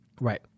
Right